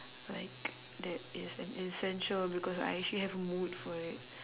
like that is an essential because I actually have a mood for it